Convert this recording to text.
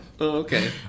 Okay